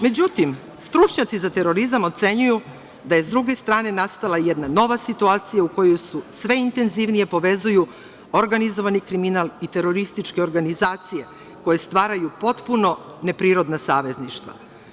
Međutim, stručnjaci za terorizam ocenjuju da je, s druge strane, nastala jedna nova situacija u kojoj se sve intenzivnije povezuju organizovani kriminal i terorističke organizacije koje stvaraju potpuno neprirodna savezništva.